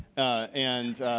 and